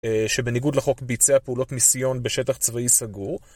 שבניגוד לחוק ביצע פעולות מיסיון בשטח צבאי סגור